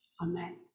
amen